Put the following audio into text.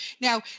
Now